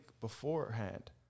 beforehand